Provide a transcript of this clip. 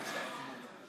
בבקשה.